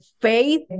faith